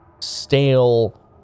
stale